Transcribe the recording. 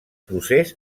procés